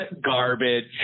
garbage